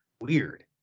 weird